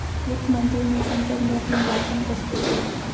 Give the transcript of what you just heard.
वित्त मंत्री ने संसद में अपना भाषण प्रस्तुत किया